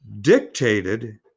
dictated